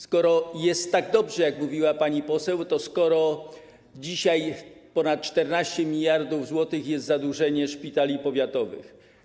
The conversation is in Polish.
Skoro jest tak dobrze, jak mówiła pani poseł, to skąd dzisiaj ponad 14 mld zł zadłużenia szpitali powiatowych?